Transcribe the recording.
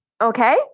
okay